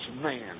man